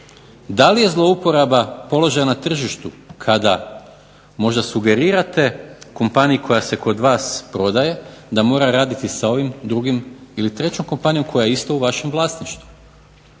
Da li je zlouporaba položaja na tržištu kada možda sugerirate kompaniji koja se kod vas prodaje da mora raditi sa ovim drugim ili trećom kompanijom koja je isto u vašem vlasništvu.